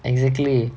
exactly